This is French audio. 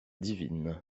divine